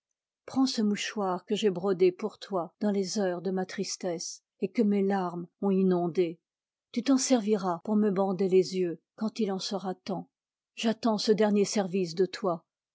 prends ce mouchoir que j'ai brodé pour toi dans les heures de ma tristesse et que mes larmes ont inondé tu t'en serviras pour me bander les yeux quand il en sera temps j'attends ce dernier service de toi